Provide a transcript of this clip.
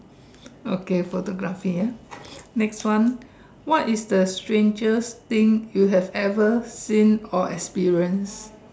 okay photography ah next one what is the strangest thing you have ever seen or experienced